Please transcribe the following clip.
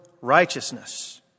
righteousness